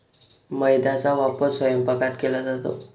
मैद्याचा वापर स्वयंपाकात केला जातो